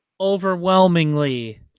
Overwhelmingly